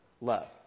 love